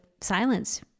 silence